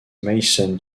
mason